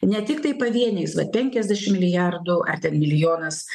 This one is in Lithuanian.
ne tiktai pavieniais va penkiasdešim milijardų ar ten milijonas